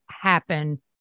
happen